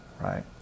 right